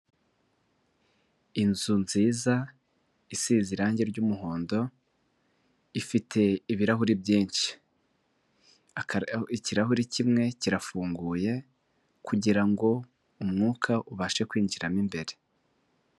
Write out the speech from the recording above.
Inzu nziza isize irangi ry'muhondo ifite ibirahure byinshi, ikirahure kimwe kirafunguye kugirango umwuka ubashe kwinjiramo imbere.